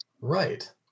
Right